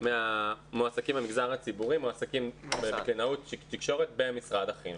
מהמועסקים במגזר הציבורי מועסקים בקלינאות תקשורת במשרד החינוך.